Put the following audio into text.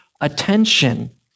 attention